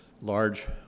large